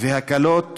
והקלות